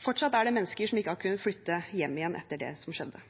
Fortsatt er det mennesker som ikke har kunnet flytte hjem etter det som skjedde.